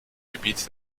gebiet